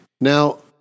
Now